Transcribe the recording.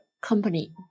company